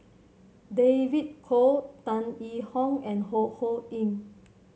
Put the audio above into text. David Kwo Tan Yee Hong and Ho Ho Ying